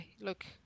look